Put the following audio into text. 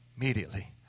immediately